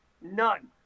none